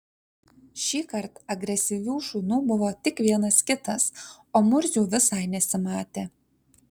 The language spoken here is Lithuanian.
šįkart agresyvių šunų buvo tik vienas kitas o murzių visai nesimatė